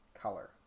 color